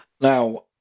now